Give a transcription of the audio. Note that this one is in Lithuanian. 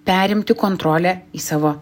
perimti kontrolę į savo